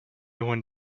one